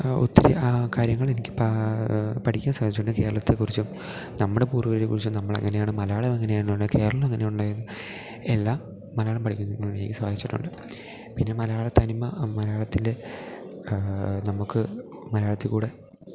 ഒത്തിരി കാര്യങ്ങളെനിക്ക് പഠിക്കാൻ സാധിച്ചിട്ടുണ്ട് കേരളത്തേക്കുറിച്ചും നമ്മുടെ പൂർവ്വികരെക്കുറിച്ചും നമ്മൾ എങ്ങനെയാണ് മലയാളം എങ്ങനെയാണ് ഉണ്ടായത് കേരളം എങ്ങനെയാ ഉണ്ടായത് എന്ന് എല്ലാം മലയാളം പഠിക്കുന്നത് കൊണ്ടെനിക്ക് സാധിച്ചിട്ടുണ്ട് പിന്നെ മലയാളത്തനിമ മലയാളത്തിലെ നമുക്ക് മലയാളത്തിൽക്കൂടെ